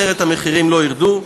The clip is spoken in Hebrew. אחרת המחירים לא ירדו,